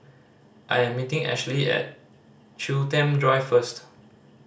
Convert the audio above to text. I'm meeting Ashley at Chiltern Drive first